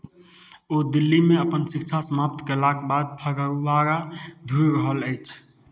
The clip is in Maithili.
ओ दिल्लीमे अपन शिक्षा समाप्त कयलाक बाद फगवाड़ा ढुरि रहल अछि